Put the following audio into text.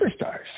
superstars